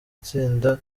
tsinda